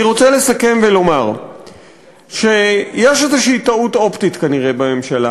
אני רוצה לסכם ולומר שכנראה יש איזושהי טעות אופטית בממשלה.